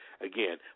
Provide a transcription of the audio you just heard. again